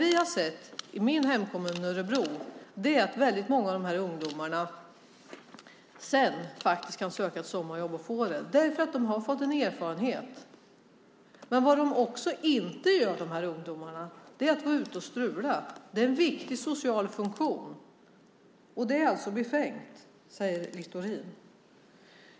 I min hemkommun Örebro har vi sett att väldigt många av de här ungdomarna sedan kan söka ett sommarjobb och få det eftersom de har fått erfarenhet. Något som de här ungdomarna inte gör är att vara ute och strula. Det är en viktig social funktion. Det är alltså befängt, säger Littorin.